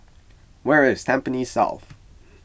where is Tampines South